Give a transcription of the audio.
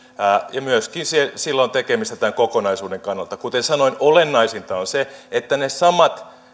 ja myöskin sillä on tekemistä tämän kokonaisuuden kannalta kuten sanoin olennaisinta on se että ne samat